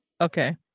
Okay